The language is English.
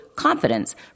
Confidence